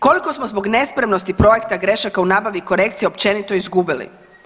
Koliko smo zbog nespremnosti projekta grešaka u nabavi korekcijom općenito izgubili?